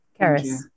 Karis